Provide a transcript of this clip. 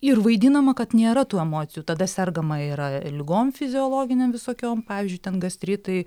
ir vaidinama kad nėra tų emocijų tada sergama yra ligom fiziologinėm visokiom pavyzdžiui ten gastritai